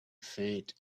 faint